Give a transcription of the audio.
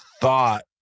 thought